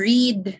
Read